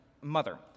mother